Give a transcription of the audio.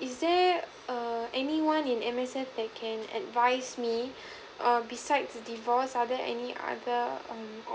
is there err any one in M_S_F they can advise me err besides the divorce are there any other um